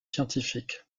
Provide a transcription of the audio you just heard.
scientifique